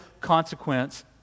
consequence